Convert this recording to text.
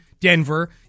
Denver